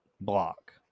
block